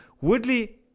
Woodley